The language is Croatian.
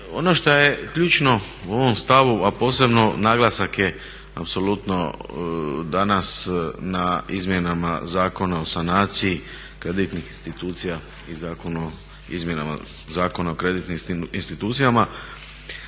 ono što je ključno u ovom stavu, a posebno naglasak je apsolutno danas na izmjenama Zakona o sanaciji kreditnih institucijama i Zakonu o izmjenama Zakona o kreditnim institucijama.